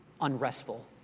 unrestful